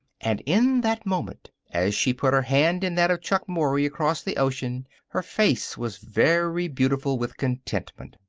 and in that moment, as she put her hand in that of chuck mory, across the ocean, her face was very beautiful with contentment.